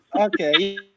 Okay